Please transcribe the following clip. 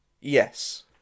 Yes